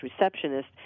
receptionist